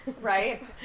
Right